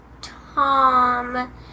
Tom